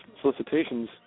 solicitations